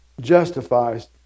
justifies